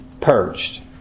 purged